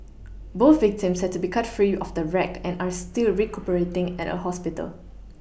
both victims had to be cut free of the wreck and are still recuperating at a hospital